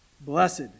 Blessed